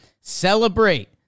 celebrate